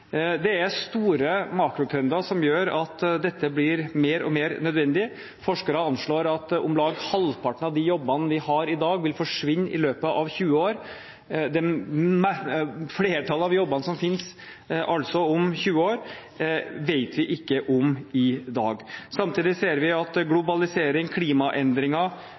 Det er store makrotrender som gjør at dette blir mer og mer nødvendig. Forskere anslår at om lag halvparten av jobbene vi har i dag, vil forsvinne i løpet av 20 år. Flertallet av jobbene som finnes om 20 år, vet vi ikke om i dag. Samtidig ser vi at globalisering, klimaendringer,